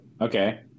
Okay